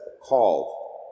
called